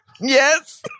Yes